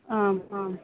आम् आम्